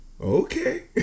okay